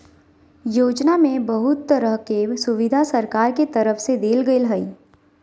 योजना में बहुत तरह के सुविधा सरकार के तरफ से देल गेल हइ